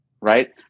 Right